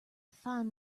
find